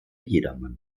jedermann